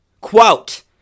Quote